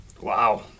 Wow